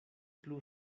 plu